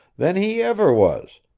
than he ever was,